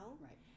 Right